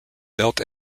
built